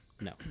No